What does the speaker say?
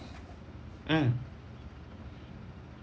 mm